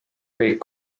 kõik